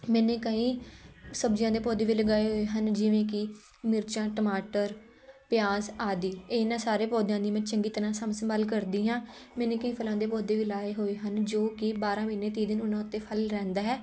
ਮੈਨੇ ਕਈ ਸਬਜ਼ੀਆਂ ਦੇ ਪੌਦੇ ਵੀ ਲਗਾਏ ਹਨ ਜਿਵੇਂ ਕਿ ਮਿਰਚਾਂ ਟਮਾਟਰ ਪਿਆਜ਼ ਆਦਿ ਇਹਨਾਂ ਸਾਰੇ ਪੌਦਿਆਂ ਦੀ ਮੈਂ ਚੰਗੀ ਤਰ੍ਹਾਂ ਸਾਂਭ ਸੰਭਾਲ ਕਰਦੀ ਹਾਂ ਮੈਨੇ ਕਈ ਫ਼ਲਾਂ ਦੇ ਪੌਦੇ ਵੀ ਲਗਾਏ ਹੋਏ ਹਨ ਜੋ ਕਿ ਬਾਰਾਂ ਮਹੀਨੇ ਤੀਹ ਦਿਨ ਉਹਨਾਂ ਉੱਤੇ ਫ਼ਲ ਰਹਿੰਦਾ ਹੈ